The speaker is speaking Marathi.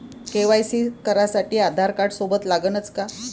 के.वाय.सी करासाठी आधारकार्ड सोबत लागनच का?